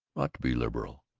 ought to be liberal.